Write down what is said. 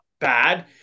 bad